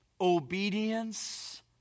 obedience